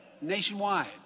nationwide